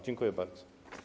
Dziękuję bardzo.